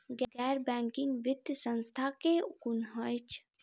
गैर बैंकिंग वित्तीय संस्था केँ कुन अछि?